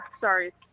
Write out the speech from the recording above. Sorry